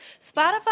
Spotify